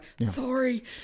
Sorry